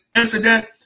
incident